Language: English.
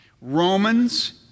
Romans